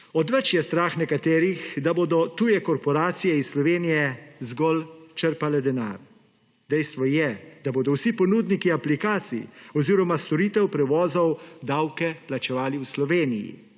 Odveč je strah nekaterih, da bodo tuje korporacije iz Slovenije zgolj črpale denar. Dejstvo je, da bodo vsi ponudniki aplikacij oziroma storitev prevozov davke plačevali v Sloveniji.